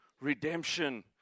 redemption